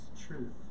truth